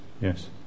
yes